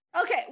Okay